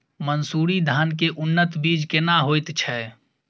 मन्सूरी धान के उन्नत बीज केना होयत छै?